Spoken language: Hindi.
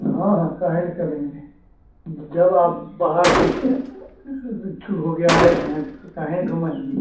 हाँ हाँ क्यों नहीं करेंगे जब आप बाहर इच्छुक होकर के आए हैं तो क्यों नहीं घुमाएँगे